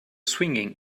swinging